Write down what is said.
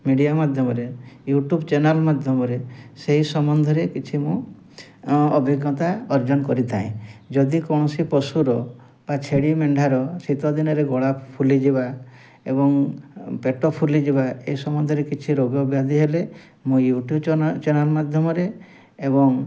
media ମାଧ୍ୟମରେ YouTube channel ମାଧ୍ୟମରେ ସେହି ସମ୍ବଦ୍ଧରେ କିଛି ମୁଁ ଅଭିଜ୍ଞତା ଅର୍ଜନ କରିଥାଏ ଯଦି କୌଣସି ପଶୁର ବା ଛେଳି ମେଣ୍ଢାର ଶୀତଦିନରେ ଗଳା ଫୁଲିଯିବା ଏବଂ ପେଟ ଫୁଲିଯିବା ଏ ସମ୍ବଦ୍ଧରେ କିଛି ରୋଗବ୍ୟାଧି ହେଲେ ମୁଁ ୟୁଟ୍ୟୁବ୍ ଚ୍ୟାନେଲ୍ ଚ୍ୟାନେଲ୍ ମାଧ୍ୟମରେ ଏବଂ